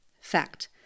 Fact